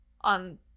on